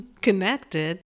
connected